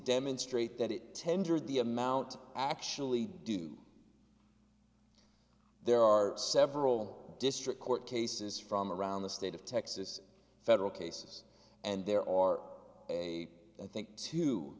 demonstrate that it tendered the amount actually do there are several district court cases from around the state of texas federal cases and there are a i think t